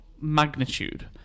Magnitude